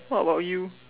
what about you